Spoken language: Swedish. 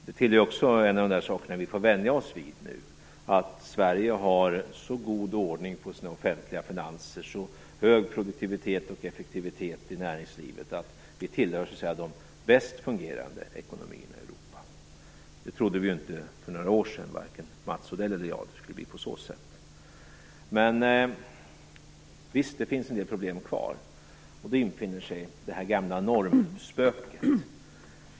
Det är också en av de saker vi får vänja oss vid nu: Sverige har så god ordning i sina offentliga finanser och så hög produktivitet och effektivitet i näringslivet att vi tillhör de bäst fungerande ekonomierna i Europa. Vi trodde inte för några år sedan, varken Mats Odell eller jag, att det skulle bli på det sättet. Men visst finns det en del problem kvar, och då infinner sig det gamla normspöket.